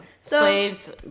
Slaves